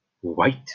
white